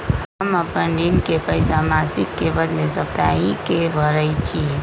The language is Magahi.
हम अपन ऋण के पइसा मासिक के बदले साप्ताहिके भरई छी